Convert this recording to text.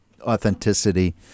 authenticity